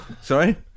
sorry